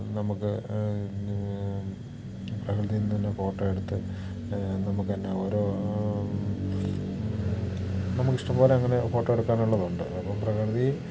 നമുക്ക് പ്രകൃതിയിൽനിന്ന് ഫോട്ടോ എടുത്ത് നമുക്കെന്നാൽ ഓരോ നമുക്കിഷ്ടംപോലെ അങ്ങനെ ഫോട്ടോ എടുക്കാനുള്ളതുണ്ട് അപ്പം പ്രകൃതി